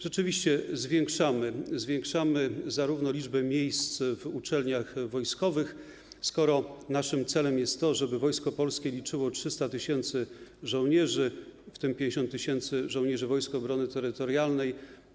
Rzeczywiście zwiększamy - zwiększamy liczbę miejsc w uczelniach wojskowych, skoro naszym celem jest to, żeby Wojsko Polskie liczyło 300 tys. żołnierzy, w tym 50 tys. żołnierzy Wojsk Obrony Terytorialnej.